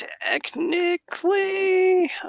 Technically